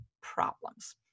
problems